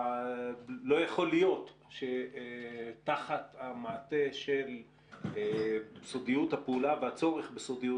ולא יכול להיות שתחת המעטה של סודיות הפעולה והצורך בסודיות